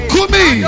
Kumi